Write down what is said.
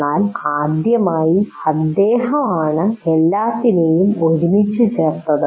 എന്നാൽ ആദ്യമായി അദ്ദേഹമാണ് എല്ലാത്തിനേയും ഒരുമിച്ച് ചേർക്കുന്നത്